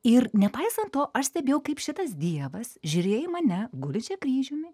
ir nepaisant to aš stebėjau kaip šitas dievas žiūrėjo į mane gulinčią kryžiumi